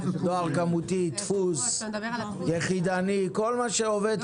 דואר כמותי, דפוס, יחידני, כל מה שעובד כאן.